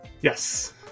Yes